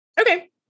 Okay